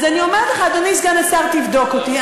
אז אני אומרת לך, אדוני סגן השר, תבדוק אותי.